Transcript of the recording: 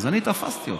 אז אני תפסתי אותו.